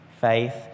faith